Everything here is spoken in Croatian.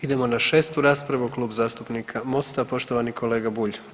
Idemo na šestu raspravu Klub zastupnika MOST-a poštovani kolega Bulj.